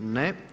Ne.